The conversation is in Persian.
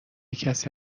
کسی